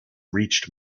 reached